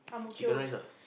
chicken rice lah